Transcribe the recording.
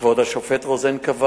כבוד השופט רוזן קבע